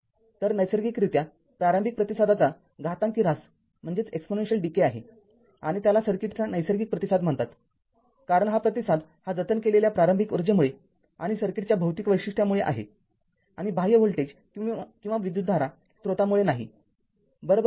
तर नैसर्गिकरित्या प्रारंभिक प्रतिसादाचा घातांकी ऱ्हास आहे आणि त्याला सर्किटचा नैसर्गिक प्रतिसाद म्हणतात कारण हा प्रतिसाद हा जतन केलेल्या प्रारंभिक ऊर्जेमुळे आणि सर्किटच्या भौतिक वैशिष्ट्यामुळे आहे आणि बाह्य व्होल्टेज किंवा विद्युतधारा स्रोतामुळे नाही बरोबर